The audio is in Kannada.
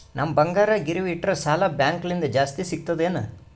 ನಮ್ ಬಂಗಾರ ಗಿರವಿ ಇಟ್ಟರ ಸಾಲ ಬ್ಯಾಂಕ ಲಿಂದ ಜಾಸ್ತಿ ಸಿಗ್ತದಾ ಏನ್?